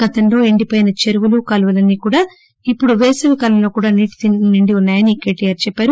గతంలో ఎండిపోయిన చెరువులు కాలువలన్నీ కూడా ఇప్పుడు వేసవి కాలంలో కూడా నీటితో నిండి ఉన్నాయని ఆయన అన్నారు